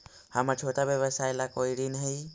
हमर छोटा व्यवसाय ला कोई ऋण हई?